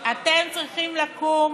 אתם צריכים לקום